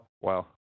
Wow